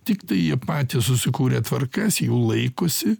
tiktai jie patys susikūrę tvarkas jų laikosi